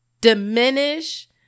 diminish